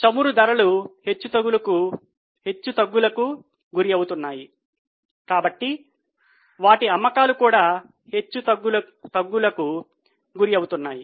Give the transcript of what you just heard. చమురు ధరలు హెచ్చుతగ్గులకు గురవుతున్నాయి కాబట్టి వాటి అమ్మకాలు కూడా హెచ్చుతగ్గులకు గురవుతున్నాయి